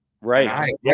right